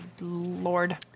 Lord